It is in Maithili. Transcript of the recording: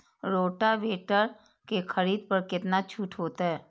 रोटावेटर के खरीद पर केतना छूट होते?